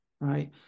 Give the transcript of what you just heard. right